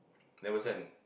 never send